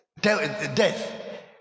death